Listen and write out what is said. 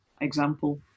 example